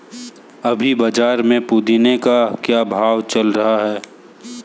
अभी बाज़ार में पुदीने का क्या भाव चल रहा है